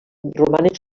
romanen